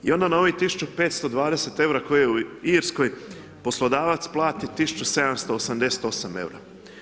I onda na ovih 1520 eura koje je u Irskoj, poslodavac plati 1788 eura.